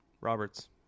Roberts